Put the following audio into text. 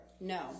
no